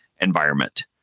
environment